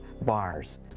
bars